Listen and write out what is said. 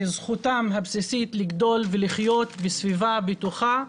שזכותם הבסיסית לגדול ולחיות בסביבה בטוחה.